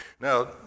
now